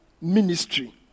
ministry